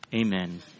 Amen